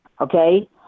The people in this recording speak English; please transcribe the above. okay